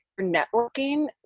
networking